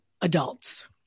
adults